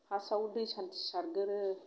फार्स्टाव दै सान्थि सारगोरो